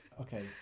okay